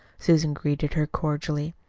susan greeted her cordially.